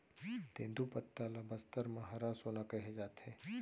तेंदूपत्ता ल बस्तर म हरा सोना कहे जाथे